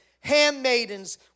Handmaidens